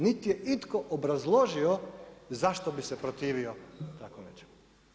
Niti je itko obrazložio zašto bi se protivio tako nečemu.